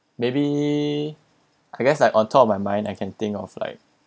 maybe I guess like on top of my mind I can think of like